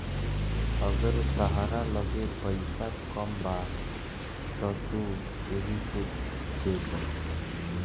अगर तहरा लगे पईसा कम बा त तू एही से देद